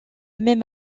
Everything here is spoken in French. même